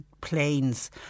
planes